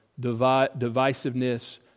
divisiveness